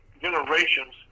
generations